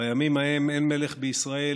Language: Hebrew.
"בימים ההם אין מלך בישראל,